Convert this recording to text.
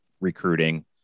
recruiting